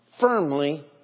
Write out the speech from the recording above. firmly